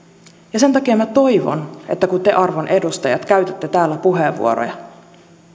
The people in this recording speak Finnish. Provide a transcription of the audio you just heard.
sen takia minä toivon että kun te arvon edustajat käytätte täällä puheenvuoroja